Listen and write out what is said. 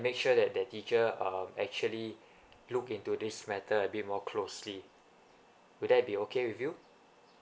make sure that that teacher um actually look into this matter a bit more closely would that be okay with you